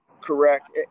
Correct